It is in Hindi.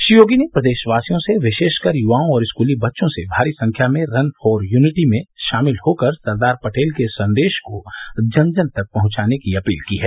श्री योगी ने प्रदेशवासियों से विशेषकर युवाओं और स्कूली बच्चों से भारी संख्या में रन फॉर यूनिटी में शामिल होकर सरदार पटेल के संदेश को जन जन तक पहुंचाने की अपील की है